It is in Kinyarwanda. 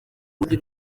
urundi